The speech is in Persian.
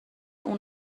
اون